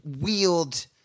wield